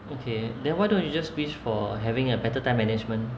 okay then why don't you just wish for having a better time management